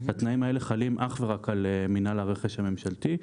חלים אך ורק על מינהל הרכש הממשלתי.